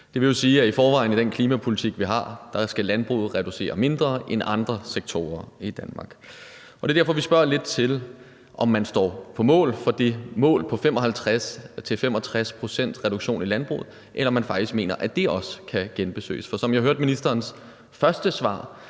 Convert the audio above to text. og i forvejen skal landbruget med den klimapolitik, vi har, reducere med mindre end andre sektorer i Danmark. Det er derfor, vi spørger lidt til, om man står på mål for det mål på en reduktion på 55-65 pct. i landbruget, eller om man faktisk mener, at det også kan genbesøges. For som jeg hørte ministerens første svar,